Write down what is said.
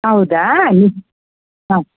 ಹೌದಾ ಇ ಹಾಂ